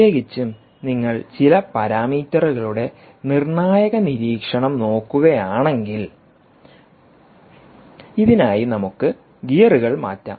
പ്രത്യേകിച്ചും നിങ്ങൾ ചില പാരാമീറ്ററുകളുടെനിർണ്ണായക നിരീക്ഷണം നോക്കുകയാണെങ്കിൽ ഇതിനായി നമുക്ക് ഗിയറുകൾ മാറ്റാം